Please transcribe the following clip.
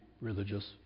religious